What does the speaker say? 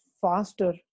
faster